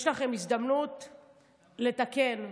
יש לכם הזדמנות לתקן.